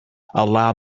allow